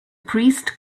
priest